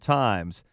times